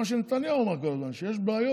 מה שנתניהו אמר כל הזמן, שיש בעיות